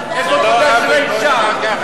איפה כבודה של האשה?